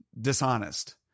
dishonest